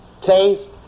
taste